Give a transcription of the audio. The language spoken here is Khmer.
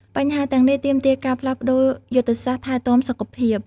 បញ្ហាទាំងនេះទាមទារការផ្លាស់ប្តូរយុទ្ធសាស្ត្រថែទាំសុខភាព។